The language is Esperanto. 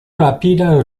rapida